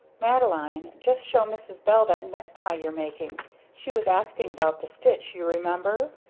madeline just show mrs. bell that necktie you're making she was asking about the stitch, you remember.